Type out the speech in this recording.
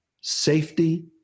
Safety